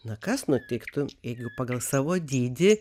na kas nutiktų jeigu pagal savo dydį